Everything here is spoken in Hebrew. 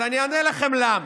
אז אני אענה לכם למה.